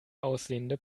aussehende